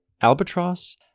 albatross